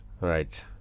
Right